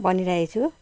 भनिराखेछु